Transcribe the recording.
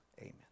amen